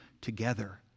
together